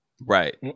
Right